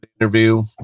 interview